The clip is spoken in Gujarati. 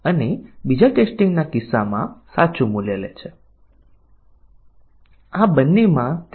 બહુવિધ સ્થિતિ ઇનપુટ શરતોના તમામ સંભવિત સંયોજનો ધ્યાનમાં લેવામાં આવે છે કે કેમ પાથ કવરેજ અવલંબન કવરેજ અને તેથી વધુ